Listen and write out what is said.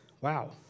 wow